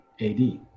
AD